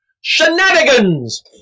Shenanigans